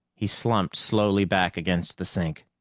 he slumped slowly back against the sink.